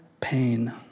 pain